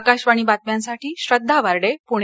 आकाशवाणी बातम्यांसाठी श्रद्वा वार्डे पुणे